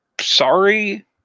sorry